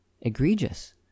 egregious